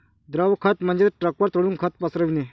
द्रव खत म्हणजे ट्रकवर चढून खत पसरविणे